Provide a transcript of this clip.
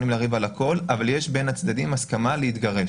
יכולים להרים על הכול אבל יש בין הצדדים הסכמה להתגרש,